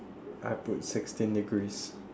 I put sixteen degrees